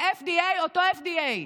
ה-FDA אותו ה-FDA,